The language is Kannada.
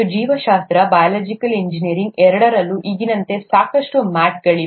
ಮತ್ತು ಜೀವಶಾಸ್ತ್ರ ಬಯೋಲಾಜಿಕಲ್ ಎಂಜಿನಿಯರಿಂಗ್ ಎರಡರಲ್ಲೂ ಈಗಿನಂತೆ ಸಾಕಷ್ಟು ಮ್ಯಾಟ್ಗಳಿವೆ